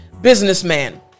businessman